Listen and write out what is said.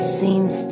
seems